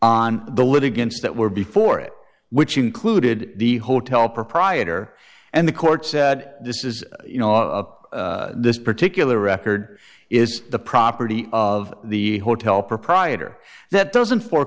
on the litigants that were before it which included the hotel proprietor and the court said this is you know this particular record is the property of the hotel proprietor that doesn't for